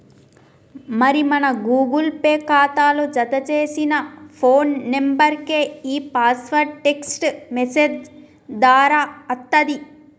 మరి మన Google Pay ఖాతాలో జతచేసిన ఫోన్ నెంబర్కే ఈ పాస్వర్డ్ టెక్స్ట్ మెసేజ్ దారా అత్తది